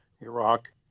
Iraq